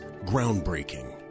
Groundbreaking